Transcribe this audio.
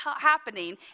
happening